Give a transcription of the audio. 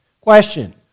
Question